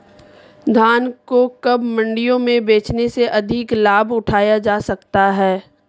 धान को कब मंडियों में बेचने से अधिक लाभ उठाया जा सकता है?